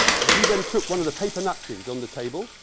and he then took one of the paper napkins on the table,